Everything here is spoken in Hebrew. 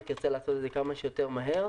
היא תרצה לעשות את זה כמה שיותר מהר,